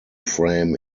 frame